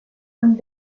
und